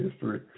history